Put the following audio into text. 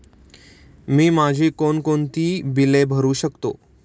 मी माझी कोणकोणती बिले भरू शकतो?